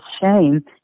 shame